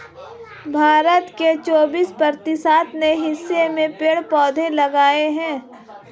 भारत के चौबिस प्रतिशत हिस्से में पेड़ पौधे लगे हैं